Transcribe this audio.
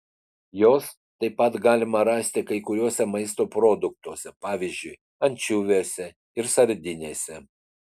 jos taip pat galima rasti kai kuriuose maisto produktuose pavyzdžiui ančiuviuose ir sardinėse